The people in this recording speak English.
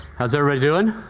how's everybody doing?